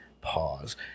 Pause